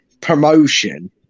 promotion